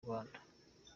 rwanda